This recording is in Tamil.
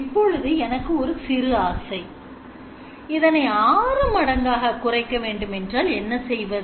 இப்பொழுது எனக்கு ஒரு சிறு ஆசை இதனை ஆறு மடங்கு குறைக்க வேண்டும் என்றால் என்ன செய்வது